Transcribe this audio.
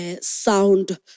sound